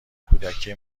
کودکی